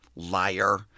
liar